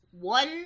one